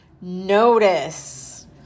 notice